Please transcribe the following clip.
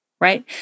right